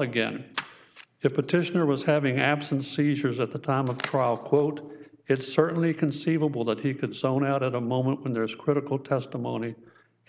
again if petitioner was having absence seizures at the time of the trial quote it's certainly conceivable that he could zone out at a moment when there is critical testimony